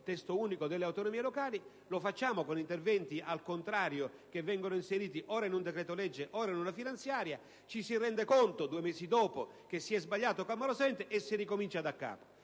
costituzionali del nuovo Titolo V e lo facciamo con interventi al contrario, che vengono inseriti ora in un decreto-legge ora in una finanziaria; ci si rende poi conto due mesi dopo che si è sbagliato clamorosamente e si ricomincia da capo.